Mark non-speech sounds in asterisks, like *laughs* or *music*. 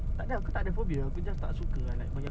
*laughs*